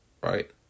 Right